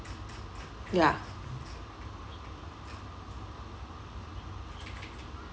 ya